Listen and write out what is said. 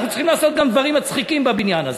אנחנו צריכים לעשות גם דברים מצחיקים בבניין הזה.